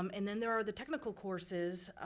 um and then there are the technical courses